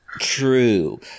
True